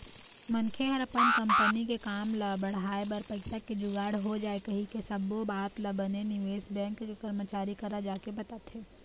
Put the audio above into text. मनखे ह अपन कंपनी के काम ल बढ़ाय बर पइसा के जुगाड़ हो जाय कहिके सब्बो बात ल बने निवेश बेंक के करमचारी करा जाके बताथे